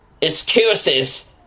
excuses